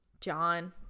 John